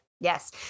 Yes